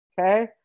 okay